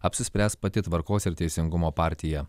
apsispręs pati tvarkos ir teisingumo partija